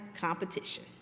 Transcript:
competition